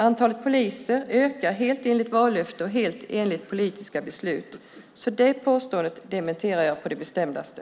Antalet poliser ökar helt enligt vallöfte och helt enligt politiska beslut, så det påståendet dementerar jag på det bestämdaste.